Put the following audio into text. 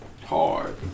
Hard